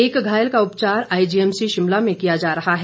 एक घायल का उपचार आईजीएमसी शिमला में किया जा रहा है